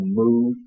move